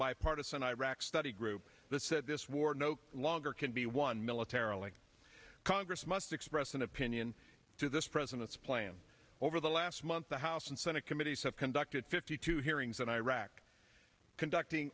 bipartisan iraq study group that said this war no longer can be won militarily congress must express an opinion to this president's plan over the last month the house and senate committees have conducted fifty two hearings in iraq conducting